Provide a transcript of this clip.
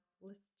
list